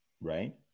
right